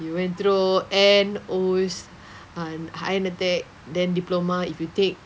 you went through N O s~ uh and higher NITEC then diploma if you take